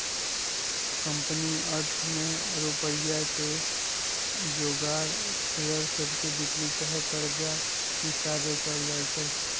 company अर्थ में रुपइया के जोगार शेयर सभके बिक्री चाहे कर्जा हिशाबे कएल जाइ छइ